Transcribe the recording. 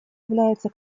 является